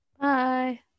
Bye